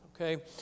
okay